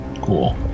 Cool